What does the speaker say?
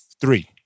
three